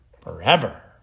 forever